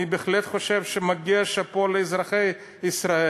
אני בהחלט חושב שמגיע "שאפו" לאזרחי ישראל.